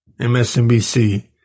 MSNBC